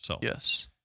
Yes